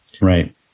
right